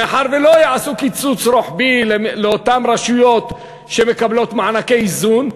מאחר שלא יעשו קיצוץ רוחבי לאותן רשויות שמקבלות מענקי איזון,